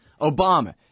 Obama